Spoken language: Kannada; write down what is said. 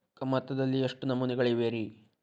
ಕಮತದಲ್ಲಿ ಎಷ್ಟು ನಮೂನೆಗಳಿವೆ ರಿ?